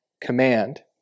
command